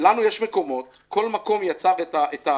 כל מקום יצר את הסיפור